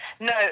no